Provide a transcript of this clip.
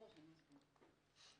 בבקשה.